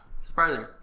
Surprising